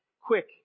quick